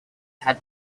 had